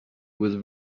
with